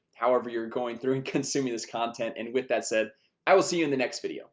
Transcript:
however, you're going through and consuming this content and with that said i will see you in the next video